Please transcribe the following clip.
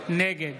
נגד